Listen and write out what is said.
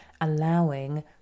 allowing